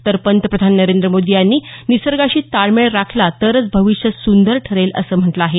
तर पंतप्रधान नरेंद्र मोदी यांनी निसर्गाशी ताळमेळ राखला तरच भविष्य सुंदर ठरेल असं म्हटलं आहे